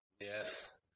Yes